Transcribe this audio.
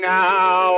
now